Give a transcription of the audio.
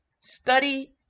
Study